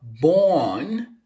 born